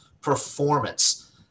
Performance